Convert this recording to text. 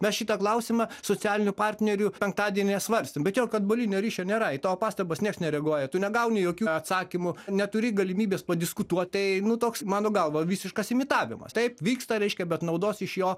mes šitą klausimą socialinių partnerių penktadienį svarstėm bet jog atbulinio ryšio nėra į tavo pastabas nieks nereaguoja tu negauni jokių atsakymų neturi galimybės padiskutuot tai nu toks mano galva visiškas imitavimas taip vyksta reiškia bet naudos iš jo